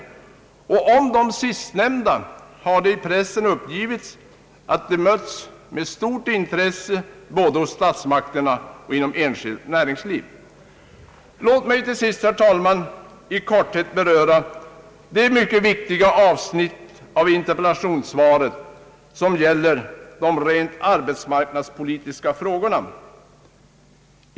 Om de sistnämnda har det i pressen uppgivits att de mötts med stort intresse både hos statsmakterna och inom enskilt näringsliv. Låt mig till sist, herr talman, i korthet beröra det mycket viktiga avsnittet av interpellationssvaret som gäller de rent arbetsmarknadspolitiska frågorna.